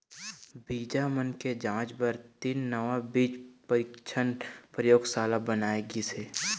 बीजा मन के जांच बर तीन नवा बीज परीक्छन परयोगसाला बनाए गिस हे